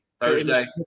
Thursday